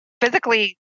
physically